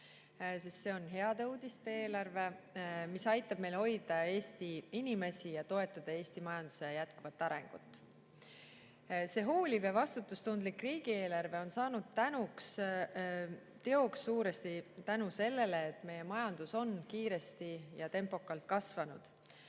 see on heade uudiste eelarve, mis aitab meil hoida Eesti inimesi ning toetada Eesti majanduse jätkuvat arengut. See hooliv ja vastutustundlik riigieelarve on saanud teoks suuresti tänu sellele, et meie majandus on kiiresti ja tempokalt taastunud.